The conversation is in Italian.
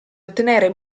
ottenere